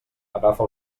agafa